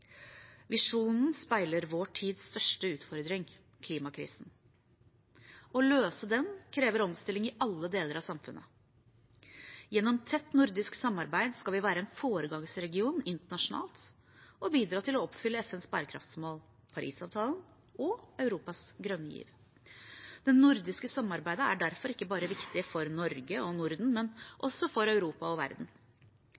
Visjonen speiler vår tids største utfordring – klimakrisen. Å løse den krever omstilling i alle deler av samfunnet. Gjennom tett nordisk samarbeid skal vi være en foregangsregion internasjonalt og bidra til å oppfylle FNs bærekraftsmål, Parisavtalen og Europas grønne giv. Det nordiske samarbeidet er derfor ikke bare viktig for Norge og Norden, men